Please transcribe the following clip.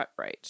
Cutright